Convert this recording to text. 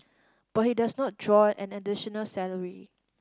but he does not draw an additional salary